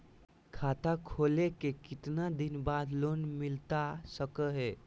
खाता खोले के कितना दिन बाद लोन मिलता सको है?